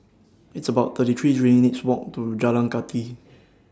It's about thirty three minutes' Walk to Jalan Kathi